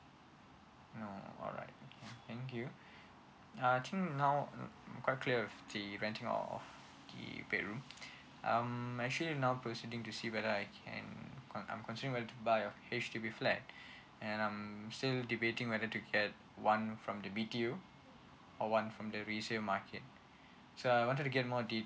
no uh alright thank you uh now mm I'm quite clear with the renting out of the bedroom um actually now proceeding to see whether I can um I'm I'm considering whether to buy a H_D_B flat and um I'm still debating whether to get one from the BTO or one from the resale market so I wanted to get more details